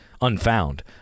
unfound